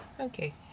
Okay